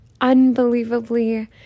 unbelievably